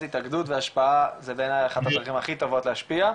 התאגדות והשפעה זה בעיני אחת הדרכים הכי טובות להשפיע,